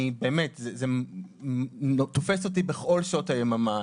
אני באמת, זה תופס אותי בכל שעות היממה.